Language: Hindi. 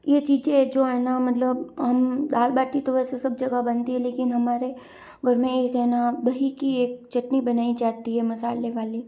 ये चीज़ें जो है ना मतलब हम दाल बाटी तो वैसे सब जगह बनती है लेकिन हमारे घर में एक है ना दही की एक चटनी बनाई जाती है मसाले वाली